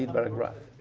paragraph.